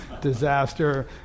disaster